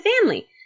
family